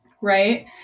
right